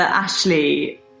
Ashley